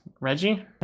Reggie